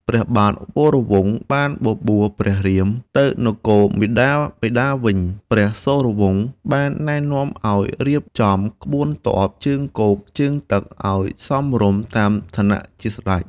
ព្រះបាទវរវង្សបានបបួលព្រះរៀមទៅនគរព្រះមាតាបិតាវិញ។ ព្រះសូរវង្សបានណែនាំឱ្យរៀបចំក្បួនទ័ពជើងគោកជើងទឹកឱ្យសមរម្យតាមឋានៈជាស្ដេច។